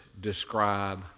describe